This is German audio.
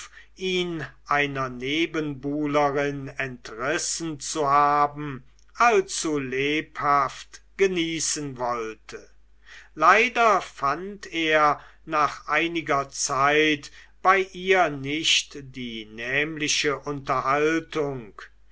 ihn einer nebenbuhlerin entrissen zu haben allzu lebhaft genießen wollte leider fand er nach einiger zeit bei ihr nicht die nämliche unterhaltung